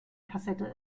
kassette